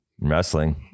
Wrestling